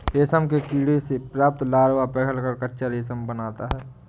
रेशम के कीड़ों से प्राप्त लार्वा पिघलकर कच्चा रेशम बनाता है